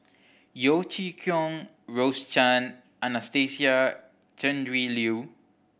Yeo Chee Kiong Rose Chan Anastasia Tjendri Liew